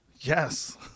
Yes